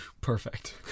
Perfect